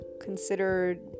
considered